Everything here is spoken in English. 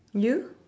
you